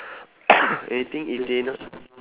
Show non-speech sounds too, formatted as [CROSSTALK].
[COUGHS] anything if they not